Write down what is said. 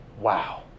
wow